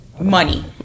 money